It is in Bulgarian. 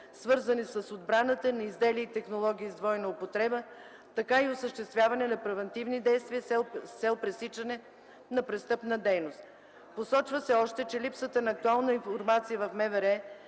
свързани с отбраната, и на изделия и технологии с двойна употреба, така и осъществяване на превантивни действия с цел пресичане на престъпна дейност. Посочва се още, че липсата на актуална информация в МВР